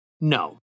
No